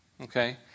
Okay